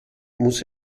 muss